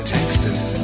Texas